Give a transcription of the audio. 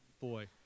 boy